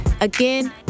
Again